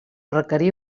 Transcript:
requerir